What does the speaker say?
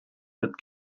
wird